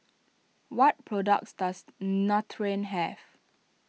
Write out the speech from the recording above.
what products does Nutren have